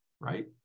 right